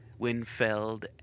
Winfeld